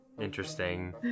Interesting